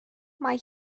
mae